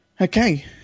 Okay